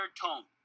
tone